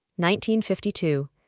1952